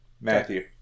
Matthew